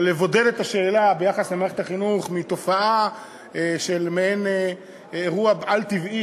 אבל לבודד את השאלה ביחס למערכת החינוך מתופעה של מעין אירוע על-טבעי